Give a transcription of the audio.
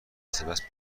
سپس